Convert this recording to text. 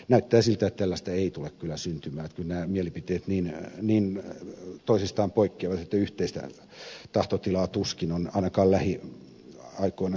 näyttää siltä että tällaista ei tule kyllä syntymään kyllä nämä mielipiteet niin toisistaan poikkeavat että yhteistä tahtotilaa tuskin on ainakaan lähiaikoina syntymässä